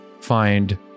find